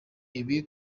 ibi